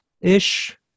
ish